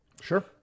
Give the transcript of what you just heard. Sure